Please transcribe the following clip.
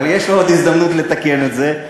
אבל יש לו עוד הזדמנות לתקן את זה,